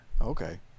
Okay